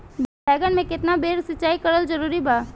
बैगन में केतना बेर सिचाई करल जरूरी बा?